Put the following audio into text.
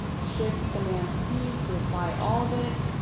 shift command p, to apply all of it,